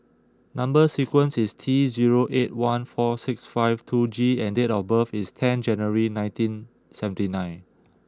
number sequence is T zero eight one four six five two G and date of birth is ten January nineteen seventy nine